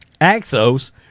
Axos